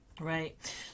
Right